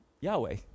Yahweh